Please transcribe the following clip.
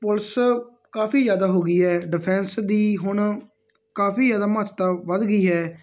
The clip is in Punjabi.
ਪੁਲਿਸ ਕਾਫੀ ਜ਼ਿਆਦਾ ਹੋ ਗਈ ਹੈ ਡਿਫੈਂਸ ਦੀ ਹੁਣ ਕਾਫੀ ਜ਼ਿਆਦਾ ਮਹੱਤਵ ਵੱਧ ਗਈ ਹੈ